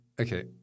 okay